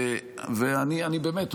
באמת,